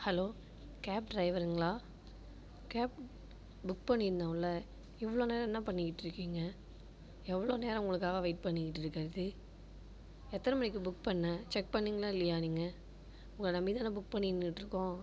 hello cab டிரைவருங்களா cab book பண்ணி இருந்தோம்ல இவ்வளோ நேரம் என்ன பண்ணிகிட்டிருக்கீங்க எவ்வளோ நேரம் உங்களுக்காக வெயிட் பண்ணிகிட்ருக்கிறது எத்தனை மணிக்கு புக் பண்ணினேன் செக் பண்ணிணீங்ளா இல்லையா நீங்கள் உங்களை நம்பி தானே புக் பண்ணி நின்றிட்ருக்கோம்